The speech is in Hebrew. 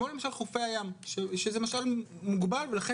כמו למשל חופי הים שזה משאב מוגבל ולכן